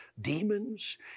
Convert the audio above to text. demons